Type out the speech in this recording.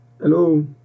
Hello